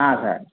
sir